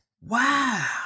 Wow